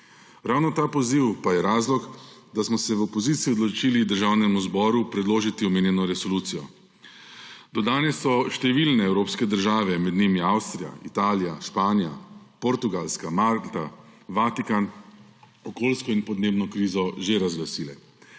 Ravno ta poziv pa je razlog, da smo se v opoziciji odločili Državnemu zboru predložiti omenjeno resolucijo. Do danes so številne evropske države, med njimi Avstrija, Italija, Španija, Portugalska, Malta, Vatikan, okoljsko in podnebno krizo že razglasile,